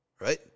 right